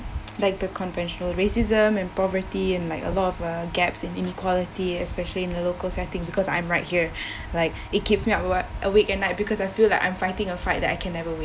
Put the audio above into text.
like the conventional racism and poverty and like a lot of uh gaps in inequality especially in the local setting because I'm right here like it keeps me up awake at night because I feel like I'm fighting a fight that I can never win